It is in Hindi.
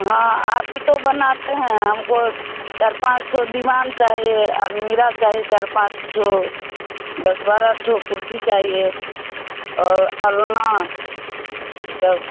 हाँ आप तो बनाते हैं हमको चार पाँच दीवान चाहिए अलमारी चाहिए चार पाँच दस बारह तो कुर्सी चाहिए और अलना यह सब